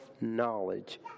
knowledge